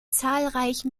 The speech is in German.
zahlreichen